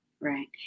Right